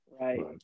right